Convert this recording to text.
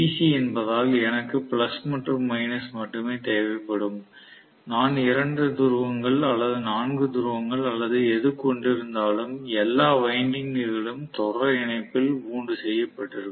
C என்பதால் எனக்கு plus மற்றும் மைனஸ் மட்டுமே தேவைப்படும் நான் 2 துருவங்கள் அல்லது 4 துருவங்கள் அல்லது எது கொண்டிருந்தாலும் எல்லா வைண்டிங்குகளும் தொடர் இணைப்பில் வூண்ட் செய்யப்பட்டிருக்கும்